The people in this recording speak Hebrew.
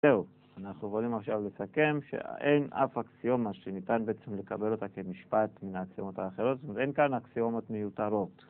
טוב, אנחנו באים עכשיו לסכם שאין אף אקסיומה שניתן בעצם לקבל אותה כמשפט מן האקסיומות האחרות זאת אומרת אין כאן אקסיומות מיותרות